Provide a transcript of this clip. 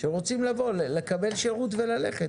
שרוצים לבוא לקבל שירות וללכת,